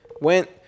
Went